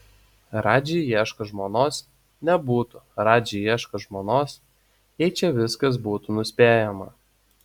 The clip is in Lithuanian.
radži ieško žmonos nebūtų radži ieško žmonos jei čia viskas būtų nuspėjama